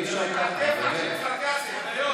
אי-אפשר ככה, באמת.